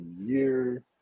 year